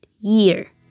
year